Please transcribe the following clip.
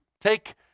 take